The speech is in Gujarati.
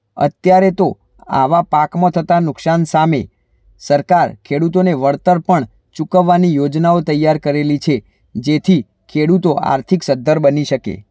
અત્યારે તો આવા પાકમાં થતા નુકસાન સામે સરકાર ખેડૂતોને વળતર પણ ચુકવવાની યોજના તૈયાર કરેલી છે જેથી ખેડૂતો આર્થિક સધ્ધર બની શકે